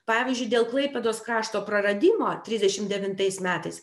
pavyzdžiui dėl klaipėdos krašto praradimo trisdešim devintais metais